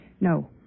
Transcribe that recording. No